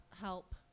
help